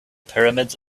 pyramids